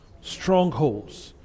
strongholds